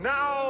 Now